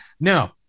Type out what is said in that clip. Now